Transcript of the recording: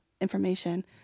information